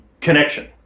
connection